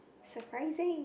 surprising